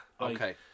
Okay